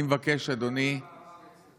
אני מבקש, אדוני,